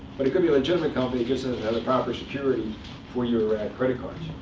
but it could be a legitimate company, it just doesn't have the proper security for your credit cards.